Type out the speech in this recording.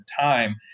time